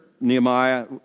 Nehemiah